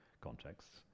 contexts